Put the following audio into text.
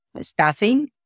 staffing